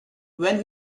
when